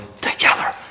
together